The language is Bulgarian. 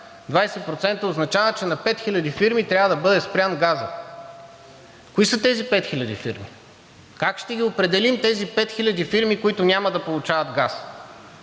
20% означава, че на 5000 фирми трябва да бъде спрян газът. Кои са тези 5000 фирми? Как ще ги определим тези 5000 фирми, които няма да получават газ?